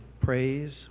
praise